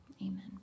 Amen